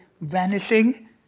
vanishing